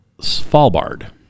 Svalbard